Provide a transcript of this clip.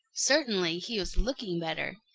certainly he was looking better.